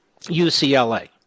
UCLA